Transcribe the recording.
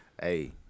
Hey